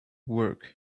work